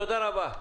תודה רבה.